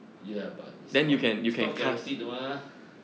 ya but it's not it's not guarantee 的吗